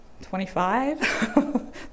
25